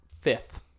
fifth